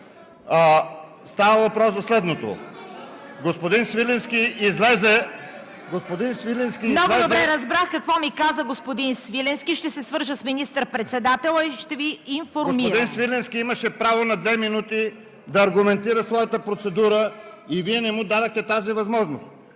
Става въпрос за следното. Господин Свиленски излезе… ПРЕДСЕДАТЕЛ ЦВЕТА КАРАЯНЧЕВА: Много добре разбрах какво ми каза господин Свиленски. Ще се свържа с министър-председателя и ще Ви информирам. ТАСКО ЕРМЕНКОВ: Господин Свиленски имаше право на две минути да аргументира своята процедура и Вие не му дадохте тази възможност.